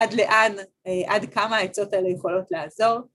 ‫עד לאן, עד כמה העצות האלה יכולות לעזור?